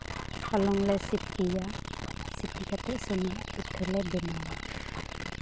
ᱦᱚᱞᱚᱝ ᱞᱮ ᱥᱤᱯᱤᱭᱟ ᱥᱤᱯᱤ ᱠᱟᱛᱮᱫ ᱥᱩᱱᱩᱢ ᱯᱤᱴᱷᱟᱹᱞᱮ ᱵᱮᱱᱟᱣᱟ